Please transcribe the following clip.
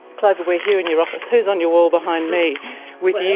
clover, we are here in your office. who's on your wall behind me with you?